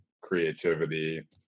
creativity